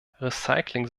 recycling